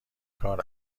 کار